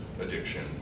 addiction